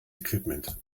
equipment